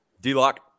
D-Lock